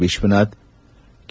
Vishwanath K